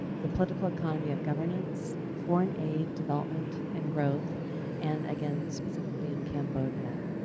the politically economy of governance, foreign aid development and growth and again specifically in cambodia.